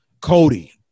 Cody